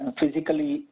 physically